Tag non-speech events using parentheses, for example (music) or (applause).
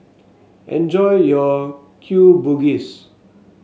enjoy your (unintelligible) Bugis